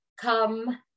come